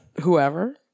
whoever